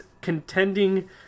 contending